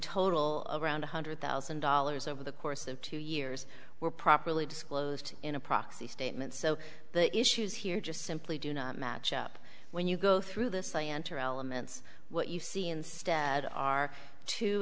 total around one hundred thousand dollars over the course of two years were properly disclosed in a proxy statement so the issues here just simply do not match up when you go through this i enter elements what you see instead are two